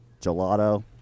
gelato